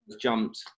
jumped